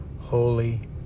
holy